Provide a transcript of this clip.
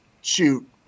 shoot